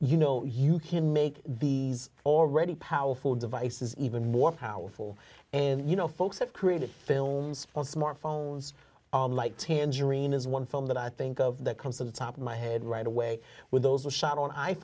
you know you can make the already powerful devices even more powerful and you know folks have created films on smartphones like tangerine is one film that i think of that comes to the top of my head right away with those was shot on i